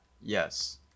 Yes